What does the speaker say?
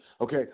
Okay